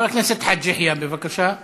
חבר הכנסת חאג' יחיא, בבקשה,